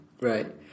Right